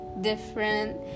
different